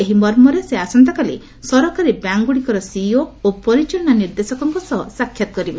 ଏହି ମର୍ମରେ ସେ ଆସନ୍ତାକାଲି ସରକାରୀ ବ୍ୟାଙ୍କ୍ଗୁଡ଼ିକର ସିଇଓ ଓ ପରିଚାଳନା ନିର୍ଦ୍ଦେଶକଙ୍କ ସହ ସାକ୍ଷାତ କରିବେ